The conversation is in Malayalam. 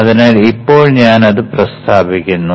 അതിനാൽ ഇപ്പോൾ ഞാൻ അത് പ്രസ്താവിക്കുന്നു